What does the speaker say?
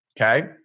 okay